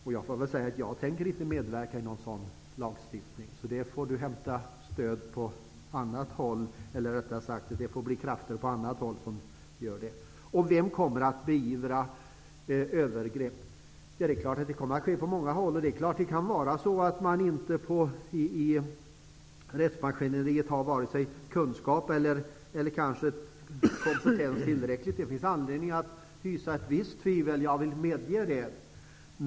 Jag får säga att jag inte tänker medverka i någon sådan lagstiftning. Det får bli krafter på annat håll som stöder det. Vem kommer att beivra övergrepp? Det kommer att ske på många håll. Det är klart att det kan vara så att man i rättsmaskineriet inte har vare sig kunskap eller tillräcklig kompetens. Det finns anledning att hysa ett visst tvivel. Jag vill medge det.